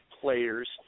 players